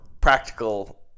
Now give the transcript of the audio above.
practical